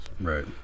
Right